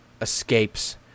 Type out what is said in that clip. escapes